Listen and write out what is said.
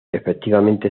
efectivamente